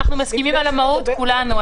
אנחנו מסכימים על המהות כולנו,